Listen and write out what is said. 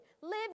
Live